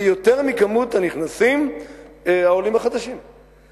זה יותר ממספר העולים החדשים הנכנסים.